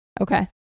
Okay